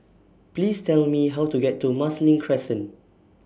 Please Tell Me How to get to Marsiling Crescent